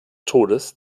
todes